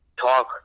talk